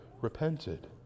repented